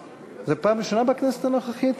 זה פעם ראשונה בכנסת הנוכחית?